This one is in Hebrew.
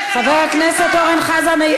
חבר הכנסת אורן חזן,